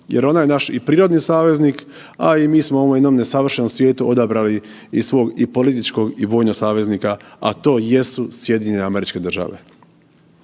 jer ona je naš i prirodni saveznik, a i mi smo u ovom jednom nesavršenom svijetu odabrali i svog i političkog i vojnog saveznika, a to jesu SAD. Međutim, kad,